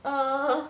err